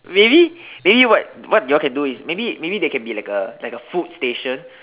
maybe maybe what what y'all can do is maybe maybe they can be like a like a food station